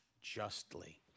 justly